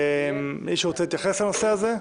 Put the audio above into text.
מישהו רוצה להתייחס לנושא הזה?